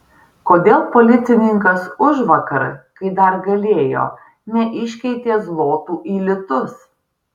kodėl policininkas užvakar kai dar galėjo neiškeitė zlotų į litus